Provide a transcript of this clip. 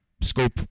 scope